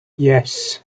yes